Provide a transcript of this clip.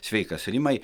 sveikas rimai